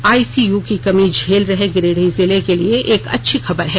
ICU की कमी झेल रहे गिरिडीह जिले के लिए एक अच्छी खबर है